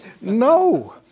No